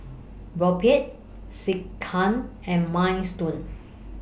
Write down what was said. Boribap Sekihan and Minestrone